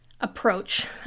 approach